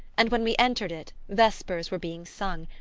and when we entered it vespers were being sung,